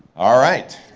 all right,